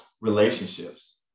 relationships